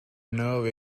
nerve